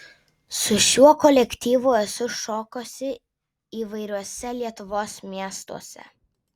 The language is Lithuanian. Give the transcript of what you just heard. su šiuo kolektyvu esu šokusi įvairiuose lietuvos miestuose